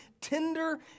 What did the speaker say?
tender